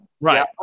Right